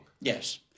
Yes